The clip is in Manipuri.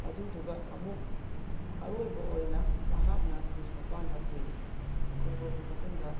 ꯑꯗꯨꯗꯨꯒ ꯑꯃꯨꯛ ꯑꯔꯣꯏꯕ ꯑꯣꯏꯅ ꯃꯍꯥꯛꯅ ꯕꯤꯁ ꯃꯄꯥꯟꯗ ꯄꯨꯏ ꯄꯨꯔꯕ ꯃꯇꯨꯡꯗ